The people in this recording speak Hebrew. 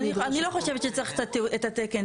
אני לא חושבת שצריך את התקן.